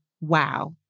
wow